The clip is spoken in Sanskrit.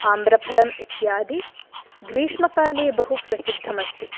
आम्रफलम् इत्यादि ग्रीष्मकाले बहु प्रसिद्धमस्ति